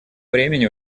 времени